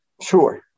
sure